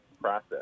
process